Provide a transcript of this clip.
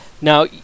Now